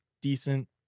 decent